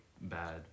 bad